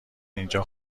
اینجا